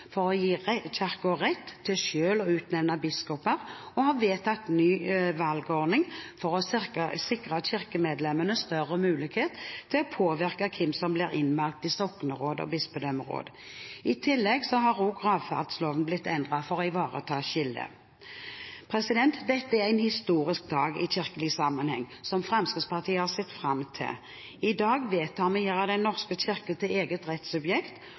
for å gi Kirken rett til selv å utnevne biskoper, og har vedtatt ny valgordning for å sikre kirkemedlemmene større mulighet til å påvirke hvem som blir innvalgt i sokneråd og bispedømmeråd. I tillegg har også gravferdsloven blitt endret for å ivareta skillet. Dette er en historisk dag i kirkelig sammenheng som Fremskrittspartiet har sett fram til. I dag vedtar vi å gjøre Den norske kirke til eget